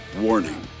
Warning